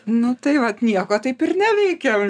nu tai vat nieko taip ir neveikiam